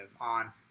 on